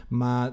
ma